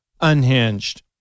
unhinged